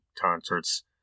Concerts